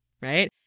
right